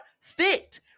fit